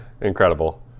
Incredible